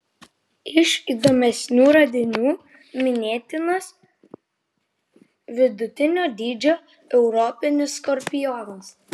iš įdomesnių radinių minėtinas vidutinio dydžio europinis skorpionas